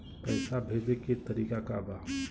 पैसा भेजे के तरीका का बा?